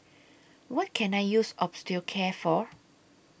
What Can I use Osteocare For